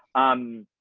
um,